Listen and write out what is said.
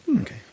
Okay